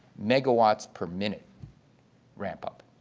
megawatts per minute ramp-up.